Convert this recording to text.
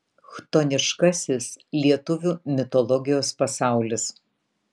chtoniškasis lietuvių mitologijos pasaulis